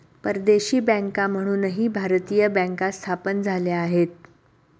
परदेशी बँका म्हणूनही भारतीय बँका स्थापन झाल्या आहेत